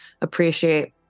appreciate